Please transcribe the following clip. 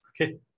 Okay